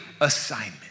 assignment